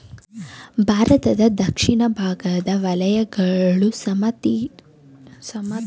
ಭಾರತದ ದಕ್ಷಿಣ ಭಾಗದ ವಲಯಗಳು ಸಮಶೀತೋಷ್ಣ ವಾತಾವರಣವನ್ನು ಹೊಂದಿದ್ದು ಸುಖಕರವಾಗಿದೆ